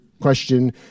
question